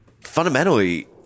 fundamentally